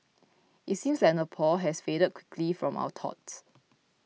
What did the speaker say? it seems like Nepal has faded quickly from our thoughts